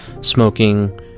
smoking